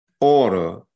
order